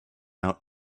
out